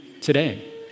Today